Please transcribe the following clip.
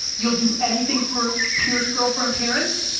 you'll do anything for pierce, girlfriend, parents,